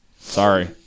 Sorry